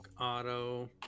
auto